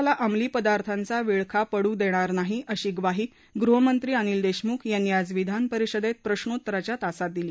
महाराष्ट्राला अंमली पदार्थांचा विळखा पडू देणार नाही अशी ग्वाही गृहमंत्री अनिल देशमुख यांनी आज विधानपरिषदेत प्रश्रोत्तराच्या तासात दिली